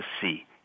see